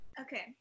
Okay